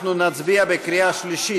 אנחנו נצביע בקריאה שלישית.